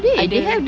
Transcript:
ada